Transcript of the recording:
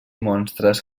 monstres